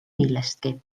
millestki